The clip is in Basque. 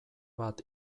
bat